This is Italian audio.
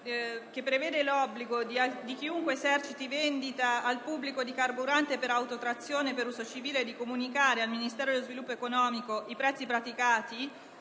prevede l'obbligo, per chiunque eserciti l'attività di vendita al pubblico di carburante per autotrazione per uso civile, di comunicare al Ministero dello sviluppo economico i prezzi praticati